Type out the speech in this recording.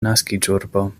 naskiĝurbo